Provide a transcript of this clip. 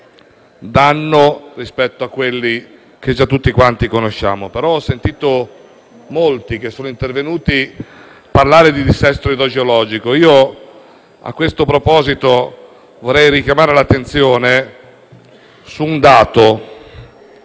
danno rispetto a quelli che tutti quanti già conosciamo, però ho sentito molti degli intervenuti parlare di dissesto idrogeologico. A questo proposito, vorrei richiamare l'attenzione su un dato